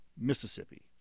Mississippi